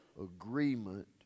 agreement